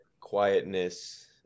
quietness